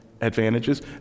advantages